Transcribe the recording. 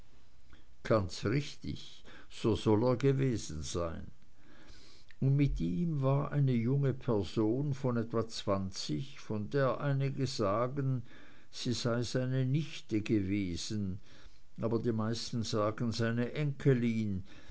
ganz richtig so soll er gewesen sein und mit ihm war eine junge person von etwa zwanzig von der einige sagen sie sei seine nichte gewesen aber die meisten sagen seine enkelin